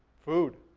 food.